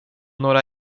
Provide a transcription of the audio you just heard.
några